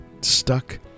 stuck